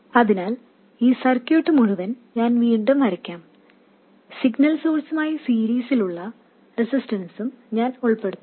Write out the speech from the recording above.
അതിനാൽ ഈ സർക്യൂട്ട് മുഴുവൻ ഞാൻ വീണ്ടും വരയ്ക്കാം സിഗ്നൽ സോഴ്സുമായി സീരീസിലുള്ള റെസിസ്റ്റൻസും ഞാൻ ഉൾപ്പെടുത്തും